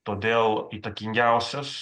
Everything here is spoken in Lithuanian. todėl įtakingiausias